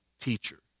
teacher